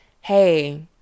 hey